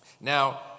Now